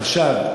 עכשיו,